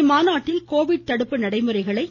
இம்மாநாட்டில் கோவிட் தடுப்பு நடைமுறைகளை